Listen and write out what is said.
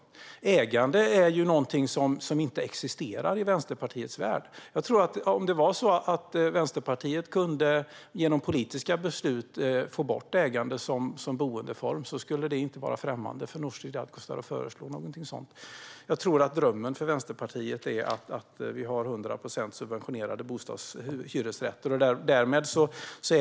Ägande är något som inte existerar i Vänsterpartiets värld. Om Vänsterpartiet genom politiska beslut kunde få bort ägande som boendeform tror jag inte att det skulle vara främmande för Nooshi Dadgostar att föreslå något sådant. Jag tror att drömmen för Vänsterpartiet är att vi har 100 procent subventionerade hyresrätter.